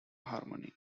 harmony